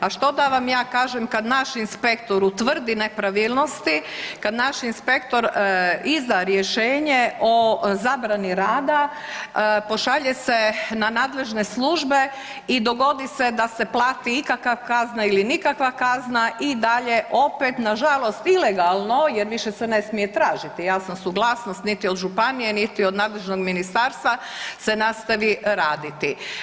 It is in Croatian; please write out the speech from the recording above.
A što da vam ja kažem kad naš inspektor utvrdi nepravilnost, kad naš inspektor izda rješenje o zabrani rada pošalje se na nadležne službe i dogodi se da se plati ikakva kazna ili nikakva kazna i dalje opet nažalost ilegalno jer više se ne smije jasno suglasnost niti od županije niti od nadležnog ministarstva se nastavi raditi.